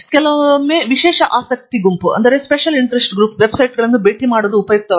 ಕೆಲವೊಮ್ಮೆ ವಿಶೇಷ ಆಸಕ್ತಿ ಗುಂಪು ವೆಬ್ಸೈಟ್ಗಳನ್ನು ಭೇಟಿ ಮಾಡುವುದು ಬಹಳ ಉಪಯುಕ್ತವಾಗಿದೆ